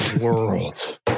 world